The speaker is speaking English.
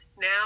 now